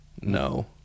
no